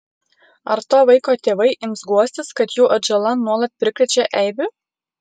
ar to vaiko tėvai ims guostis kad jų atžala nuolat prikrečia eibių